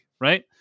right